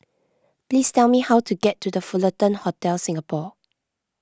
please tell me how to get to the Fullerton Hotel Singapore